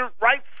right